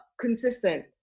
consistent